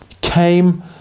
came